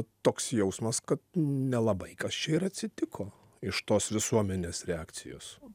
toks jausmas kad nelabai kas čia ir atsitiko iš tos visuomenės reakcijos